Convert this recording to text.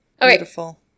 Beautiful